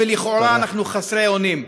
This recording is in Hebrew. ולכאורה אנחנו חסרי אונים?